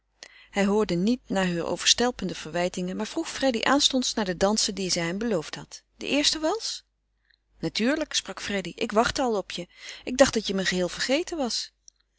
hij hoorde niet naar heure overstelpende verwijtingen maar vroeg freddy aanstonds naar de dansen die zij hem beloofd had de eerste wals natuurlijk sprak freddy ik wachtte al op je ik dacht dat je me geheel vergeten was